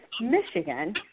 Michigan